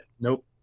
Nope